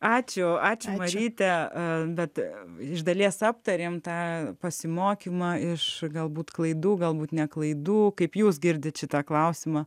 ačiū ačiū mažyte atrandate iš dalies aptarėme tą pasimokymą iš galbūt klaidų galbūt ne klaidų kaip jūs girdite šitą klausimą